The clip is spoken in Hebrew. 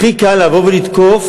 הכי קל, לבוא ולתקוף